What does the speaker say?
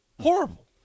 Horrible